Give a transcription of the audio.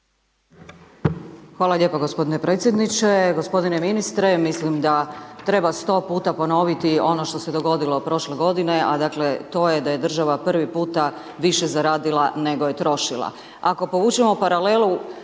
Hvala lijepo gospodine predsjedničke, gospodine ministre, mislim da treba 100 puta ponoviti ono što se dogodilo prošle godine a dakle to je da je država prvi puta više zaradila nego je trošila.